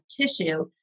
tissue